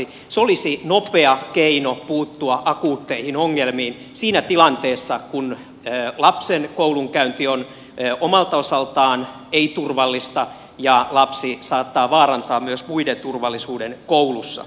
se olisi nopea keino puuttua akuutteihin ongelmiin siinä tilanteessa kun lapsen koulunkäynti on omalta osaltaan ei turvallista ja lapsi saattaa vaarantaa myös muiden turvallisuuden koulussa